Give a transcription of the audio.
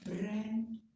brand